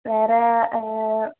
വേറെ